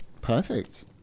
Perfect